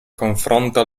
confronto